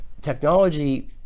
technology